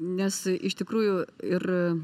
nes iš tikrųjų ir